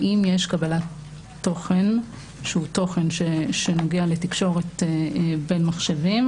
האם יש קבלת תוכן שנוגע לתקשורת בין מחשבים